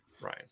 right